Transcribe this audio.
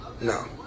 No